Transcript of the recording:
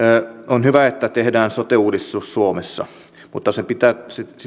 on hyvä että tehdään sote uudistus suomessa mutta sitä pitää